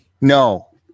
No